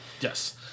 yes